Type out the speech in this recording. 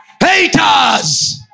Haters